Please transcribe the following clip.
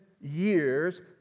years